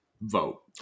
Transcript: vote